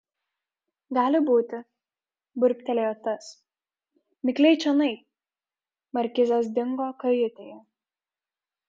gali būti burbtelėjo tas mikliai čionai markizas dingo kajutėje